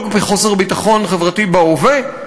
זה לא רק חוסר ביטחון חברתי בהווה,